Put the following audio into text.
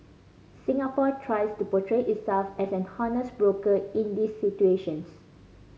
Singapore tries to portray itself as an honest broker in these situations